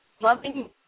loving